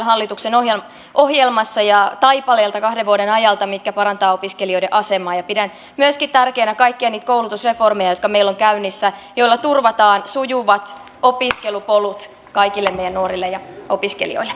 hallituksen ohjelmassa ohjelmassa ja taipaleelta kahden vuoden ajalta on myöskin monia sellaisia tekoja mitkä parantavat opiskelijoiden asemaa ja pidän tärkeänä myöskin kaikkia niitä koulutusreformeja jotka meillä ovat käynnissä ja joilla turvataan sujuvat opiskelupolut kaikille meidän nuorille ja opiskelijoille